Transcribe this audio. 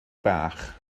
bach